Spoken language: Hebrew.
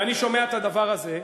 אני שומע את הדבר הזה,